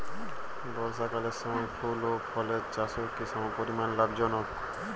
বর্ষাকালের সময় ফুল ও ফলের চাষও কি সমপরিমাণ লাভজনক?